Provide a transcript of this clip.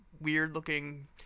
weird-looking